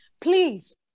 Please